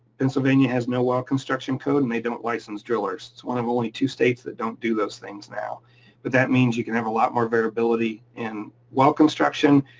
pennsylvania has no well construction code and they don't license drillers, it's one of only two states that don't do those things now. but that means you can have a lot more variability in well construction,